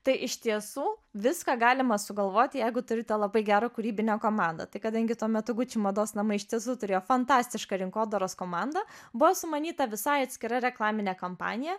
tai iš tiesų viską galima sugalvoti jeigu turite labai gerą kūrybinę komandą tai kadangi tuo metu gucci mados namai iš tiesų turėjo fantastišką rinkodaros komandą buvo sumanyta visai atskira reklaminė kampanija